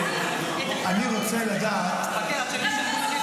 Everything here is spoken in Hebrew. אני רוצה לדעת --- חכה עד שמישל בוסיקלה